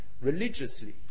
religiously